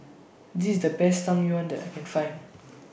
This IS The Best Tang Yuen that I Can Find